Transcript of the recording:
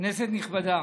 כנסת נכבדה,